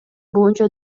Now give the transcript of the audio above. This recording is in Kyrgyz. боюнча